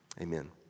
Amen